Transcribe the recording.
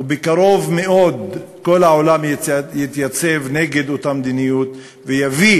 ובקרוב מאוד כל העולם יתייצב נגד אותה מדיניות ויביא